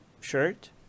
shirt